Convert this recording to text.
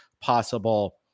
possible